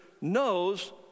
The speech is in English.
knows